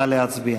נא להצביע.